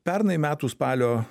pernai metų spalio